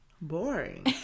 boring